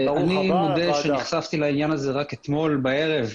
אני מודה שנחשפתי לעניין הזה רק אתמול בערב.